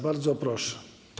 Bardzo proszę.